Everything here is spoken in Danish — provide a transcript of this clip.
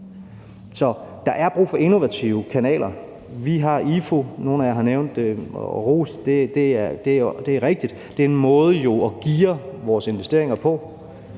Så der er brug for innovative kanaler. Vi har IFU, nogle af jer har nævnt det og rost det, og det er jo rigtigt, at det er en måde at geare vores investeringer på,